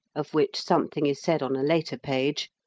of which something is said on a later page,